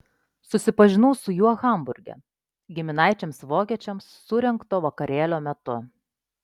susipažinau su juo hamburge giminaičiams vokiečiams surengto vakarėlio metu